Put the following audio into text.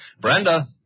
Brenda